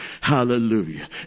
Hallelujah